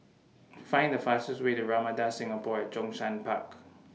Find The fastest Way to Ramada Singapore At Zhongshan Park